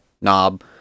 knob